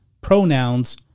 pronouns